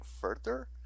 further